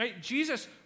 Jesus